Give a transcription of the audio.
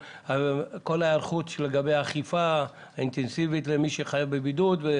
לגבי האכיפה האינטנסיבית למי שחייב בבידוד.